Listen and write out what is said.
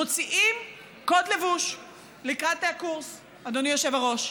מוציאים קוד לבוש לקראת הקורס, אדוני היושב-ראש.